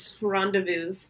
Rendezvous